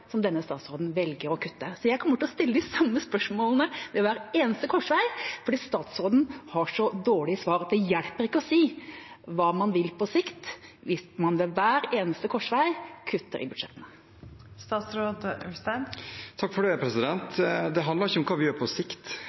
som denne statsråden velger å kutte. Så jeg kommer til å stille de samme spørsmålene ved hver eneste korsvei, for statsråden har så dårlige svar. Det hjelper ikke å si hva man vil på sikt, hvis man ved hver eneste korsvei kutter i budsjettene. Det handler ikke om hva vi gjør på sikt,